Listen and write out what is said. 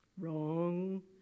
Wrong